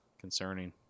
concerning